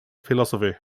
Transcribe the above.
philosophy